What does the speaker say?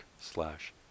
slash